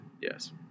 yes